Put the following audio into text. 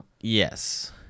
Yes